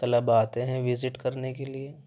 طلبا آتے ہیں وزٹ کرنے کے لیے